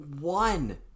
one